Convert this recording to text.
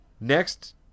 next